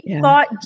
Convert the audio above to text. thought